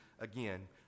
again